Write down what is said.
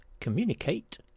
Communicate